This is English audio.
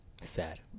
Sad